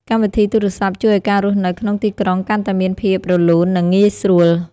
កម្មវិធីទូរសព្ទ ជួយឱ្យការរស់នៅក្នុងទីក្រុងកាន់តែមានភាពរលូន និងងាយស្រួល។